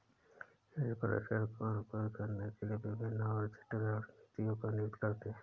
hedge fund return को अनुकूलित करने के लिए विभिन्न और जटिल रणनीतियों को नियुक्त करते हैं